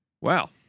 Wow